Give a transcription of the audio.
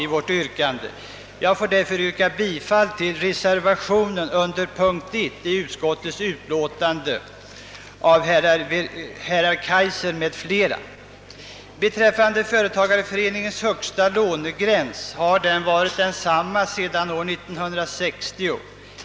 Jag yrkar därför bifall till reservation 1 av herr Kaijser m.fl. Företagareföreningarnas högsta lånegräns har varit densamma sedan år 1960.